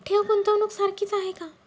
ठेव, गुंतवणूक सारखीच आहे का?